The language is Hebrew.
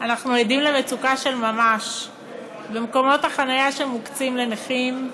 אנחנו עדים למצוקה של ממש במקומות החניה שמוקצים לנכים.